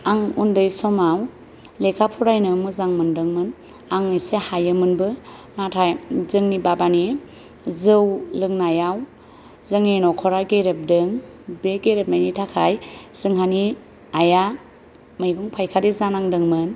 आं उन्दै समाव लेखा फरायनो मोजां मोनदोंमोन आं एसे हायोमोनबो नाथाय जोंनि बाबानि जौ लोंनायाव जोंनि न'खरा गेरेबदों बे गेरेबनायनि थाखाय जोंहानि आइआ मैगं फाइखारि जानांदोंमोन